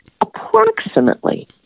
approximately